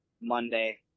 Monday